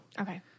Okay